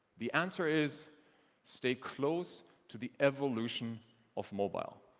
the answer is stay close to the evolution of mobile.